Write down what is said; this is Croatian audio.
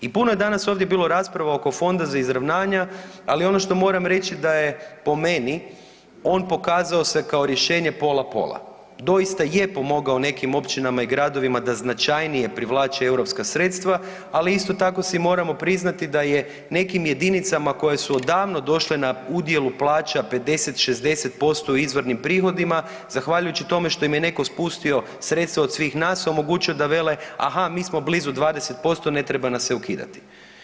I puno je danas ovdje bilo rasprava oko Fonda za izravnanje, ali ono što moram reći da je po meni on pokazao se kao rješenje pola pola, doista je pomogao nekim općinama i gradovima da značajnije privlače europska sredstva, ali isto tako si moramo priznati da je nekim jedinicama koje su odavno došle na udjelu plaća 50, 60% izvornim prihodima zahvaljujući tome što im je neko spustio sredstva od svih nas, omogućio da vele aha mi smo blizu 20% ne treba nas se ukidati.